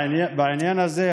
בעניין הזה,